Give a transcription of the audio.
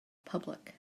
public